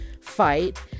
fight